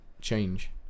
change